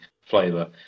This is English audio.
flavor